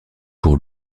pour